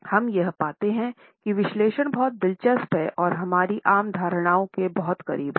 हम यह पाते हैं कि विश्लेषण बहुत दिलचस्प है और हमारी आम धारणाओं के बहुत करीब है